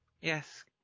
yes